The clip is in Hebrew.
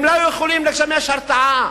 הם לא יכולים לשמש הרתעה,